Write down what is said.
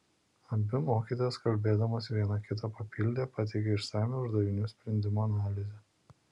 abi mokytojos kalbėdamos viena kitą papildė pateikė išsamią uždavinių sprendimo analizę